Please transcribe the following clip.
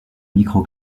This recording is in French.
micro